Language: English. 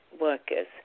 workers